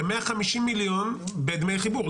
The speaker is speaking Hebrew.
זה 150 מליון בדמי חיבור,